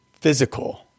physical